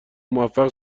موفق